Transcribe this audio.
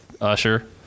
Usher